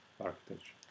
architecture